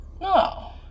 No